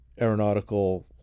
aeronautical